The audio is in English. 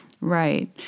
Right